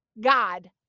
God